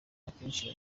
akenshi